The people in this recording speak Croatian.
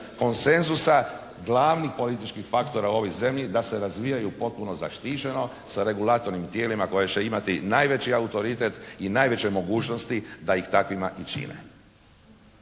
konsenzusa glavnih političkih faktora u ovoj zemlji da se razvijaju potpuno zaštićeno, sa regulatornim tijelima koje će imati najveći autoritet i najveće mogućnosti da ih takvima i čine.